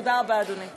תודה רבה, אדוני.